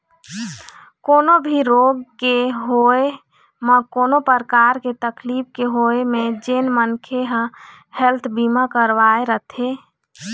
कोनो भी रोग के होय म कोनो परकार के तकलीफ के होय म जेन मनखे ह हेल्थ बीमा करवाय रथे